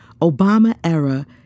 Obama-era